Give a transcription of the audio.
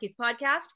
Podcast